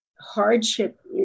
hardship